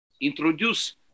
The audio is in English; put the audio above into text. introduce